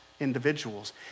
Individuals